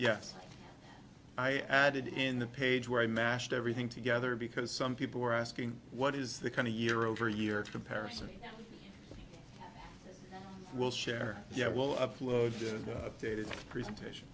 yes i added in the page where i mashed everything together because some people are asking what is the kind of year over year comparison will share yeah well i just updated presentation